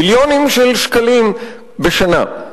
מיליונים של שקלים בשנה.